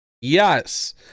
Yes